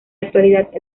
actualidad